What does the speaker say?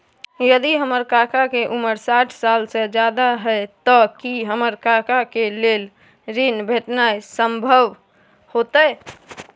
यदि हमर काका के उमर साठ साल से ज्यादा हय त की हमर काका के लेल ऋण भेटनाय संभव होतय?